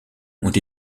ont